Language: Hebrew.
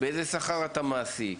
באיזה שכר אתה מעסיק?